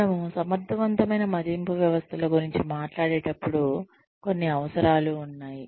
మనము సమర్థవంతమైన మదింపు వ్యవస్థల గురించి మాట్లాడేటప్పుడు కొన్ని అవసరాలు ఉన్నాయి